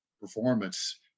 performance